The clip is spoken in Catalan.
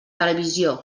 televisió